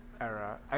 era